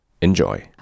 Enjoy